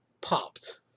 popped